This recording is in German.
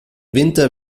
winter